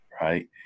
right